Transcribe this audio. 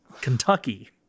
Kentucky